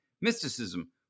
Mysticism